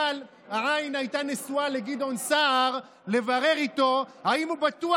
אבל העין הייתה נשואה לגדעון סער לברר איתו אם הוא בטוח